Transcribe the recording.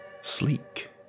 Sleek